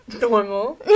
normal